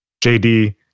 JD